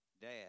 Dad